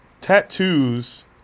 tattoos